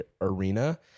arena